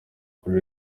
kuri